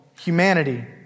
humanity